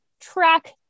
track